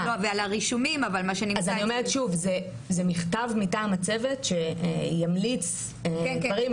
אז אני אומרת שוב: זה מכתב מטעם הצוות שימליץ דברים,